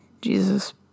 Jesus